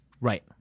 Right